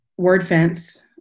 WordFence